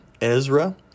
Ezra